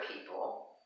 people